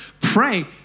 pray